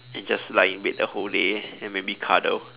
and just lie bed the whole day and maybe cuddle